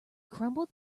crumble